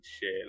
share